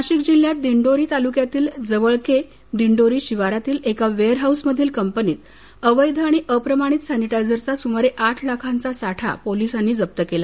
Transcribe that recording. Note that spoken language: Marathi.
नाशिक जिल्ह्यात दिंडोरी तालुक्यातील जवळके दिंडोरी शिवारातील एका वेअर हाऊसमधील कंपनीत अवैध आणि अप्रमाणित सॅनिटायझरचा सुमारे आठ लाखाचा साठा दिंडोरी पोलिसांनी जप्त केला